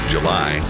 July